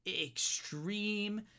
extreme